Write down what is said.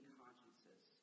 consciences